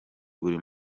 buri